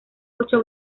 ocho